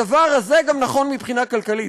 הדבר הזה גם נכון מבחינה כלכלית.